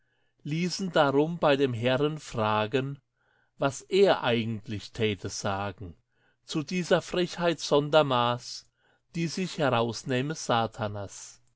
ließen darum bei dem herren fragen was er eigentlich täte sagen zu dieser frechheit sonder maß die sich herausnähme satanas